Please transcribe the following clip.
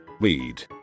weed